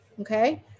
Okay